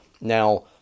Now